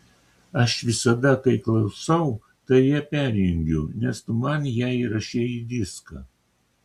aš visada kai klausau tai ją perjungiu nes tu man ją įrašei į diską